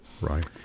Right